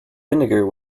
vinegar